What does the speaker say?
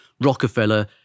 Rockefeller